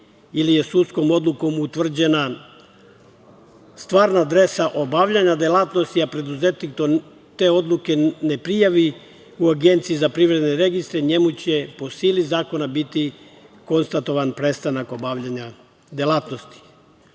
ili je sudskom odlukom utvrđena stvarna adresa obavljanja delatnosti, a preduzetnik te odluke ne prijavi u Agenciji za privredne registre njemu će po sili zakona biti konstatovan prestanak obavljanja delatnosti.